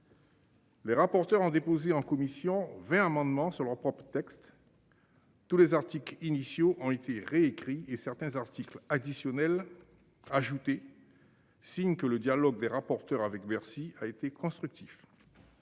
Les rapporteurs ont déposé en commission 20 amendements sur leur propre texte. Tous les articles initiaux ont été réécrit et certains articles additionnels ajoutés. Signe que le dialogue des rapporteurs avec Bercy a été constructif.